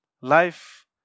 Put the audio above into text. life